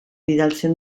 bidaltzen